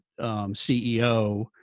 CEO